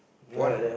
what